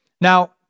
Now